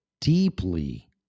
deeply